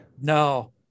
No